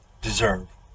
deserve